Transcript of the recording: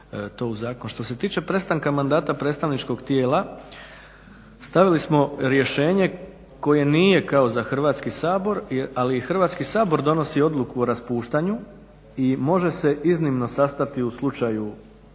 Što se tiče prestanka mandata predstavničkog tijela, stavili smo rješenje koje nije kao za Hrvatski sabor, ali i Hrvatski sabor donosi odluku o raspuštanju i može se iznimno sastati u slučaju